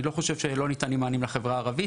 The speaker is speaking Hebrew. כי אני לא חושב שלא ניתנים מענים בכלל לחברה הערבית,